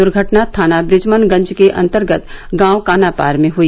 दुर्घटना थाना बृजमन गंज के अंतर्गत गांव कानापार में हई